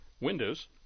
Windows